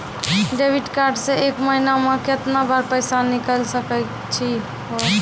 Debit card से एक महीना मा केतना बार पैसा निकल सकै छि हो?